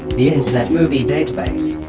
the internet movie database